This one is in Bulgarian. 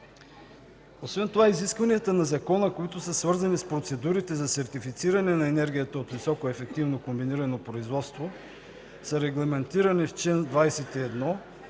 Освен това изискванията на Закона, свързани с процедурите за сертифициране на енергията от високоефективно комбинирано производство, са регламентирани в чл. 21